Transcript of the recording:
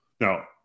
Now